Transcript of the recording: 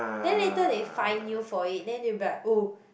then later they fine you for it then you'll be like oh